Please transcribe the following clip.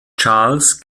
charles